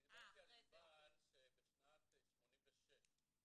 אני דיברתי על ענבל שבשנת 86,